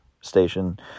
station